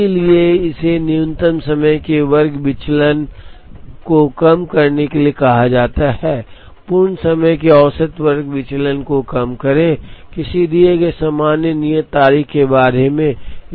इसलिए इसे न्यूनतम समय के वर्ग विचलन को कम करने के लिए कहा जाता है पूर्ण समय के औसत वर्ग विचलन को कम करें किसी दिए गए सामान्य नियत तारीख के बारे में